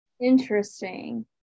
Interesting